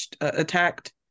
attacked